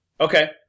Okay